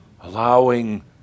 allowing